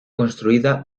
construida